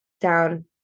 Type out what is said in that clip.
down